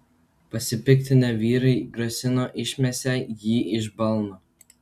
pasipiktinę vyrai grasino išmesią jį iš balno